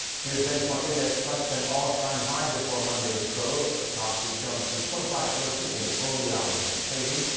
korea's benchmark index touched an all-time high before monday's close. the kospi jumped to twenty five thirteen in the early hours of trading.